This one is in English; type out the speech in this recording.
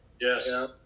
Yes